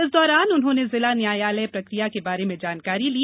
इस दौरान उन्होंने जिला न्यायालय प्रक्रिया के बारे में जानकारी ली